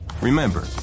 Remember